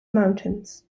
mountains